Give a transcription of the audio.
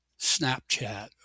Snapchat